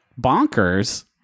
bonkers